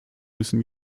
müssen